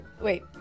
wait